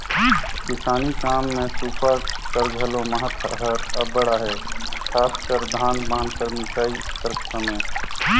किसानी काम मे सूपा कर घलो महत हर अब्बड़ अहे, खासकर धान पान कर मिसई कर समे